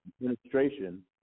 administration